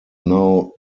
now